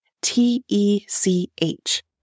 T-E-C-H